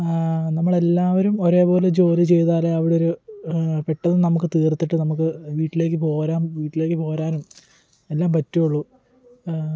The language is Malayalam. നമ്മളെല്ലാവരും ഒരേപോലെ ജോലി ചെയ്താലേ അവിടൊരു പെട്ടന്ന് നമുക്ക് തീർത്തിട്ട് നമുക്ക് വീട്ടിലേക്ക് പോരാം വീട്ടിലേക്ക് പോരാനും എല്ലാം പറ്റുവൊള്ളു